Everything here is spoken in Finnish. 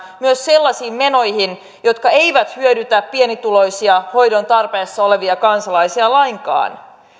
myös sellaisiin menoihin jotka eivät hyödytä pienituloisia hoidon tarpeessa olevia kansalaisia lainkaan